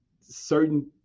certain